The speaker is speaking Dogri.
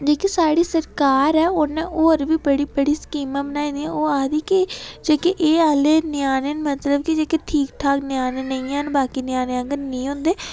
जेह्ड़ी साढ़ी सरकार ऐ उ'न्नै होर बी बड़ी बड़ी स्कीमां बनाई दियां ओह् आखद कि जेह्के एह् आह्ले ञ्यानें न मतलब कि जेह्ड़े ठीक ठाक ञ्यानें नेईं है'न बाकी ञ्यानें आंह्गर निं होंदे